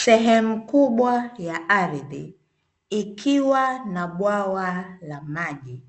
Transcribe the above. Sehemu kubwa ya ardhi, ikiwa na bwawa la maji.